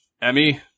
Emmy